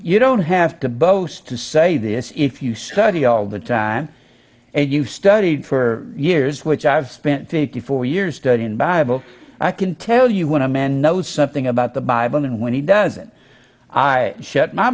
you don't have to boast to say this if you study all the time and you studied for years which i've spent fifty four years studying bible i can tell you when a man knows something about the bible and when he does it i shut my